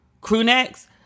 crewnecks